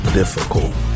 difficult